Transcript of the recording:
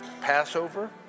Passover